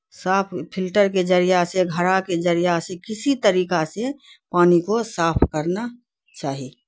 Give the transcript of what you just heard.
صاف پھلٹر کے ذریعہ سے گھڑا کے ذریعہ سے کسی طریقہ سے پانی کو صاف کرنا چاہی